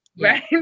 right